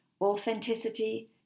authenticity